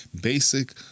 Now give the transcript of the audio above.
basic